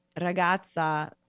ragazza